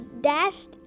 dashed